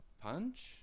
punch